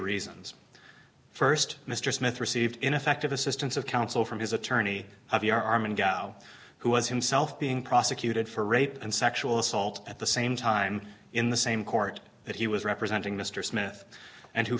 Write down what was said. reasons st mr smith received ineffective assistance of counsel from his attorney of the arm and gal who was himself being prosecuted for rape and sexual assault at the same time in the same court that he was representing mr smith and who